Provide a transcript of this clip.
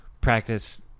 practice